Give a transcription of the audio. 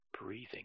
breathing